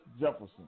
Jefferson